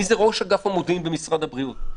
מה זה ראש אגף המודיעין במשרד הבריאות?